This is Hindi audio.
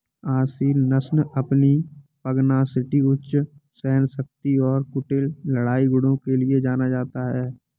असील नस्ल अपनी पगनासिटी उच्च सहनशक्ति और कुटिल लड़ाई गुणों के लिए जाना जाता है